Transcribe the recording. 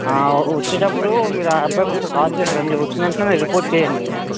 వచ్చేటప్పుడు మీరు ఆ అబ్బాయికి ఒకసారి కాల్ చేసి రండి వచ్చినవెంటనే రిపోర్ట్ చేయండి మీరు